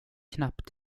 knappt